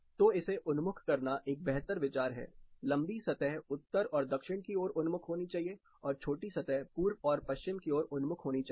तोइसे उन्मुख करना एक बेहतर विचार है लंबी सतह उत्तर और दक्षिण की ओर उन्मुख होनी चाहिए और छोटी सतह पूर्व और पश्चिम की ओर उन्मुख होनी चाहिए